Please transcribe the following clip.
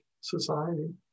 society